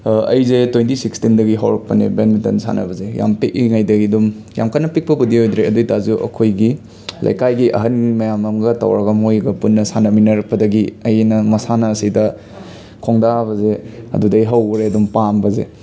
ꯑꯩꯖꯦ ꯇ꯭ꯋꯦꯟꯇꯤ ꯁꯤꯛꯁꯇꯤꯟꯗꯒꯤ ꯍꯧꯔꯛꯄꯅꯦ ꯕꯦꯠꯃꯤꯟꯇꯟ ꯁꯥꯟꯅꯕꯖꯦ ꯌꯥꯝ ꯄꯤꯛꯏꯉꯩꯗꯒꯤ ꯑꯗꯨꯝ ꯌꯥꯝ ꯀꯟꯅ ꯄꯤꯛꯄꯕꯨꯗꯤ ꯑꯣꯏꯗ꯭ꯔꯦ ꯑꯗꯨ ꯑꯣꯏꯇꯥꯔꯖꯨ ꯑꯩꯈꯣꯏꯒꯤ ꯂꯩꯀꯥꯏꯒꯤ ꯑꯍꯟ ꯃꯌꯥꯝ ꯑꯃꯒ ꯇꯧꯔꯒ ꯃꯣꯏꯒ ꯄꯨꯟꯅ ꯁꯥꯟꯅꯃꯤꯟꯅꯔꯛꯄꯗꯒꯤ ꯑꯩꯅ ꯃꯁꯥꯅ ꯑꯁꯤꯗ ꯈꯣꯡꯗꯥꯕꯖꯦ ꯑꯗꯨꯗꯩ ꯍꯧꯈ꯭ꯔꯦ ꯑꯗꯨꯝ ꯄꯥꯝꯕꯖꯦ